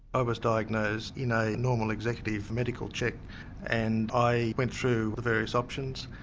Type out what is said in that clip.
i was diagnosed in a normal executive medical check and i went through the various options.